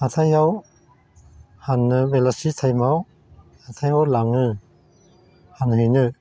हाथायाव फान्नो बेलासि टाइमआव हाथाइयाव लाङो फानहैनो